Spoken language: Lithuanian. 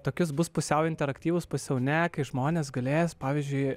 tokius bus pusiau interaktyvūspusiau ne kai žmonės galėjęs pavyzdžiui